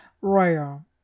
rare